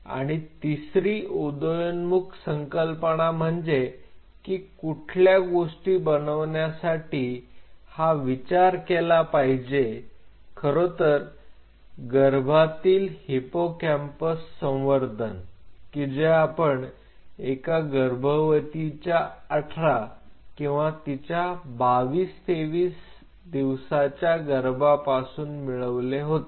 आणि तिसरी उदयोन्मुख संकल्पना म्हणजे की कुठल्या गोष्टी बनवण्यासाठी हा विचार केला पाहिजे खरेतर गर्भातील हिप्पोकॅम्पस संवर्धन की जे आपण एका गर्भवतीच्या 18 किंवा तिच्या 22 23 दिवसाच्या गर्भापासून मिळवले होते